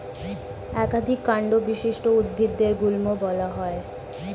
একাধিক কান্ড বিশিষ্ট উদ্ভিদদের গুল্ম বলা হয়